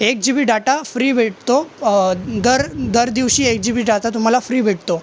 एक G B data free भेटतो दर दर दिवशी एक जी बी डाटा तुम्हाला फ्री भेटतो